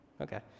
Okay